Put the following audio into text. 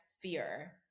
fear